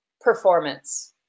performance